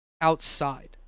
outside